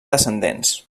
descendents